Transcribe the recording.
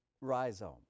rhizome